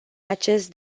acest